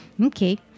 Okay